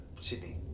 Sydney